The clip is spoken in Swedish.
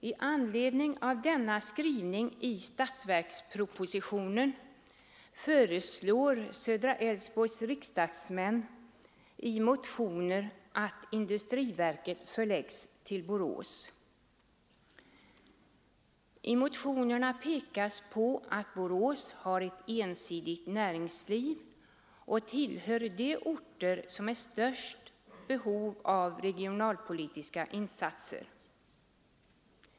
I anledning av denna skrivning i statsverkspropositionen föreslår riksdagsmännen från södra valkretsen inom Älvsborgs län i motioner att industriverket skall förläggas till Borås. I motionerna pekas på att Borås har ett ensidigt näringsliv och tillhör de orter som är i störst behov av regionalpolitiska insatser.